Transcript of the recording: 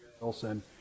Wilson